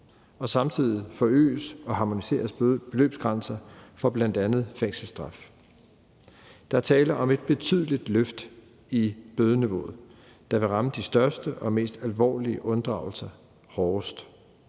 og samtidig forøges og harmoniseres beløbsgrænser for bl.a. fængselsstraf. Der er tale om et betydeligt løft i bødeniveauet, der vil ramme de største og mest alvorlige unddragelser hårdest.